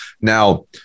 Now